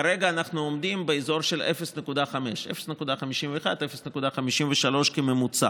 אז כרגע אנחנו עומדים באזור של 0.5: 0.51. 0.53 כממוצע.